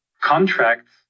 contracts